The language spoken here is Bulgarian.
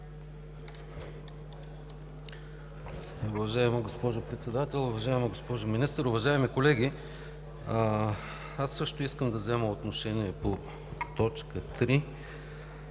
Уважаема госпожо Председател, уважаема госпожо Министър, уважаеми колеги! Аз също искам да взема отношение по точка 3